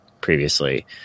previously